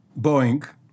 Boeing